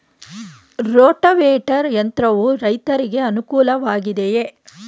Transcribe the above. Rotavator ಯಂತ್ರವು ರೈತರಿಗೆ ಅನುಕೂಲ ವಾಗಿದೆಯೇ?